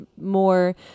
more